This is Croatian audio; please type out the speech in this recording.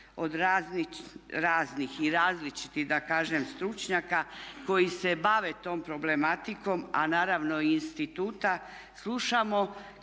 od raznih i različitih da kažem stručnjaka koji se bave tom problematikom, a naravno i instituta slušamo